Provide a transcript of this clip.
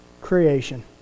creation